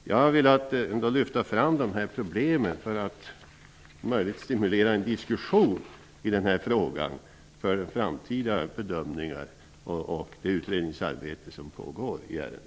Jag vill lyfta fram nämnda problem för att om möjligt stimulera till en diskussion i frågan för framtida bedömningar och för det utredningsarbete som pågår i ärendet.